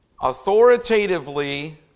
authoritatively